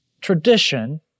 tradition